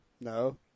No